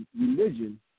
religion